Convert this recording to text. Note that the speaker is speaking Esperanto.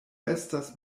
estas